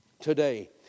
today